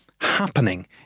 happening